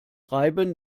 reiben